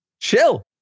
Chill